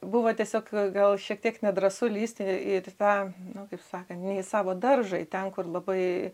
buvo tiesiog gal šiek tiek nedrąsu lįsti į tą nu kaip sakant ne į savo daržą į ten kur labai